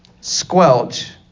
squelch